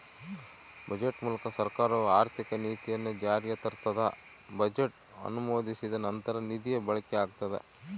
budget ಮೂಲಕ ಸರ್ಕಾರವು ಆರ್ಥಿಕ ನೀತಿಯನ್ನು ಜಾರಿಗೆ ತರ್ತದ ಬಜೆಟ್ ಅನುಮೋದಿಸಿದ ನಂತರ ನಿಧಿಯ ಬಳಕೆಯಾಗ್ತದ